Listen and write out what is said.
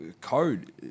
code